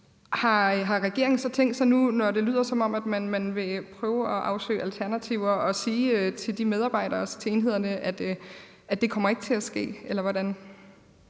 Har regeringen så tænkt sig nu, når det lyder, som om man vil prøve at afsøge alternativer, at sige til de medarbejdere, til enhederne, at det ikke kommer til at ske?